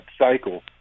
cycle